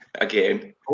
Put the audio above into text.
Again